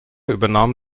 übernahm